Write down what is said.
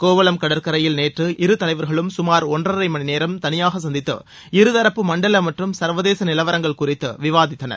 கோவளம் கடற்கரையில்நேற்று காலைஇரு தலைவர்களும் கமார் ஒன்றரை மணிநேரம் தனியாக சந்தித்து இருதரப்பு மண்டல மற்றும் சர்வதேச நிலவரங்கள் குறித்து விவாதித்தனர்